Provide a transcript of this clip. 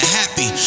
happy